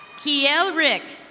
keeel rick.